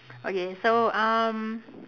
okay so um